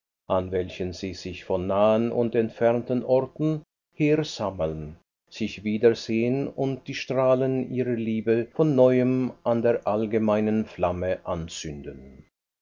an welchen sie sich von nahen und entfernten orten her sammeln sich wiedersehen und die strahlen ihrer liebe von neuem an der allgemeinen flamme anzünden